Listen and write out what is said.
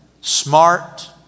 smart